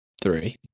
three